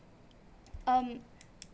um